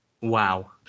Wow